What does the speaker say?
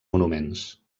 monuments